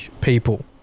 people